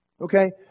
Okay